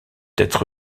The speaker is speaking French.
être